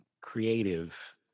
creative